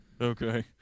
Okay